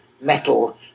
metal